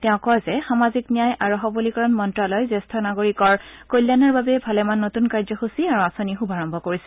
তেওঁ কয় যে সামাজিক ন্যায় আৰু সৱলিকৰণ মন্ত্ৰালয় জ্যেষ্ঠ নাগৰিকৰ কল্যাণৰ বাবে ভালেমান নতুন কাৰ্যসূচী আৰু আঁচনি আৰম্ভ কৰিছে